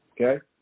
okay